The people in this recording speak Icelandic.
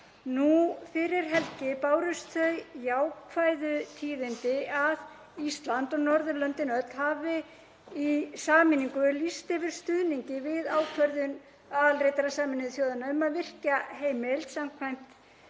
nú fyrir helgi bárust þau jákvæðu tíðindi að Ísland og Norðurlöndin öll hafi í sameiningu lýst yfir stuðningi við ákvörðun aðalritara Sameinuðu þjóðanna um að virkja heimild samkvæmt